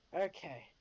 Okay